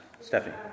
Stephanie